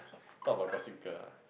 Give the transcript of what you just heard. talk about Gossip Girl ah